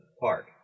park